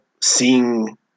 seeing